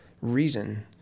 reason